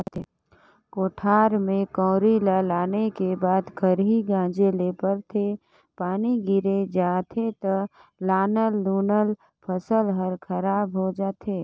कोठार में कंवरी ल लाने के बाद खरही गांजे ले परथे, पानी गिर जाथे त लानल लुनल फसल हर खराब हो जाथे